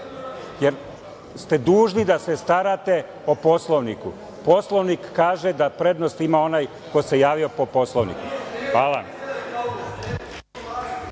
ste da se starate o Poslovniku. Poslovnik kaže da prednost ima onaj ko se javio po Poslovniku. Hvala